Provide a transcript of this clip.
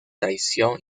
traición